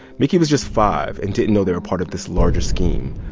mickey was just five and didn't know they were a part of this larger scheme,